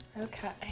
Okay